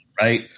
Right